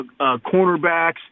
cornerbacks